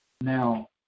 Now